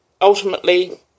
ultimately